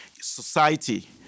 society